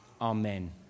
amen